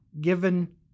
given